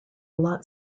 lot